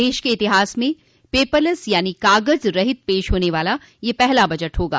देश के इतिहास में पेपरलेस यानी कागज रहित पेश होन वाला यह पहला बजट होगा